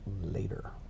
later